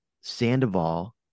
Sandoval